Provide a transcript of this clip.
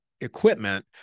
equipment